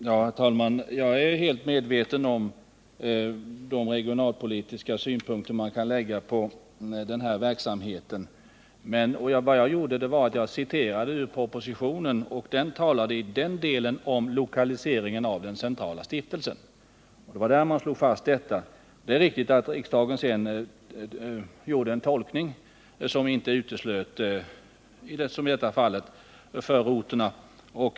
Herr talman! Jag är medveten om att man kan lägga de regionalpolitiska synpunkter som arbetsmarknadsministern gör. Jag citerade ur propositionen, och den talade i den delen om lokaliseringen av den centrala stiftelsen. Det var när det gäller denna det slogs fast att Stockholm skulle uteslutas. Det är riktigt att riksdagen sedan gjorde en tolkning som inte uteslöt förorterna.